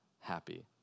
happy